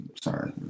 sorry